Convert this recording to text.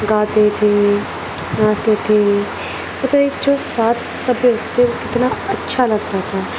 گاتے تھے ناچتے تھے پتہ ہے ایک جو ساتھ سب بیٹھتے کتنا اچھا لگتا تھا